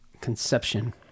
conception